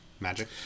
magic